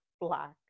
black